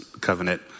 covenant